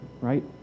right